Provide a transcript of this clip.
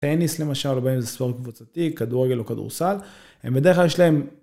טניס למשל, רואים את זה ספורט קבוצתי, כדורגל או כדורסל, בדרך כלל יש להם...